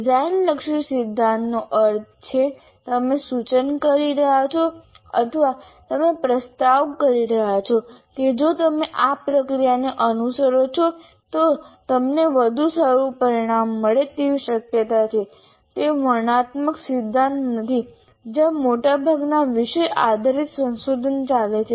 design લક્ષી સિદ્ધાંતનો અર્થ છે તમે સૂચન કરી રહ્યા છો અથવા તમે પ્રસ્તાવ કરી રહ્યા છો કે જો તમે આ પ્રક્રિયાને અનુસરો છો તો તમને વધુ સારું પરિણામ મળે તેવી શક્યતા છે તે વર્ણનાત્મક સિદ્ધાંત નથી જ્યાં મોટાભાગના વિષય આધારિત સંશોધન ચાલે છે